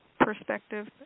perspective